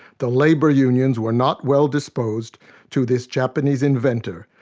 the labor unions were not well disposed to this japanese inventor,